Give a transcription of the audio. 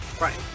Right